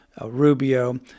Rubio